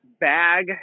bag